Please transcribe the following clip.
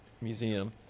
Museum